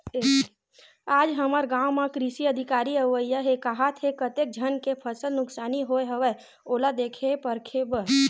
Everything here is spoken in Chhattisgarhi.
आज हमर गाँव म कृषि अधिकारी अवइया हे काहत हे, कतेक झन के फसल नुकसानी होय हवय ओला देखे परखे बर